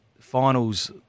finals